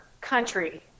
country